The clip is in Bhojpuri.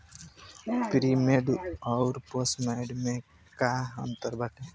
प्रीपेड अउर पोस्टपैड में का अंतर बाटे?